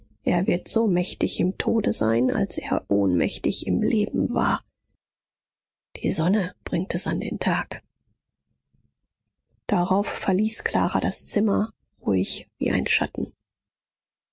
er wird so mächtig im tode sein als er ohnmächtig im leben war die sonne bringt es an den tag darauf verließ clara das zimmer ruhig wie ein schatten